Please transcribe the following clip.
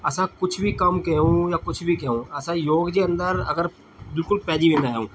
असां कुझु बि कमु कयूं या कुझु बि कयूं असां योग जे अंदरि अगरि बिल्कुलु पैजी वेंदा आहियूं